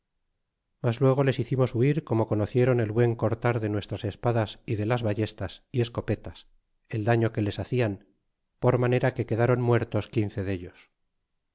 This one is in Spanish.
mas luego les hicimos huir como conocieron el buen cortar de nuestras espadas y de las ballestas y escopetas el dafio que les hacian por manera que quedron muertos quince dellos